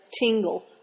tingle